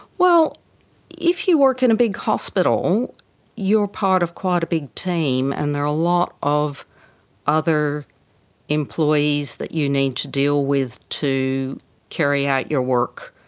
well if you work in a big hospital you're part of quite a big team and there are a lot of other employees that you need to deal with to carry out your work.